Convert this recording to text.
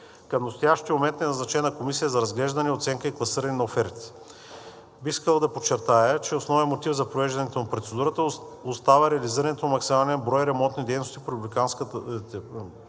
Към настоящия момент е назначена комисия за разглеждане, оценка и класиране на офертите. Бих искал да подчертая, че основният мотив за провеждането на процедурата остава реализирането на максималния брой ремонтни дейности на републиканските пътища